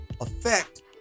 effect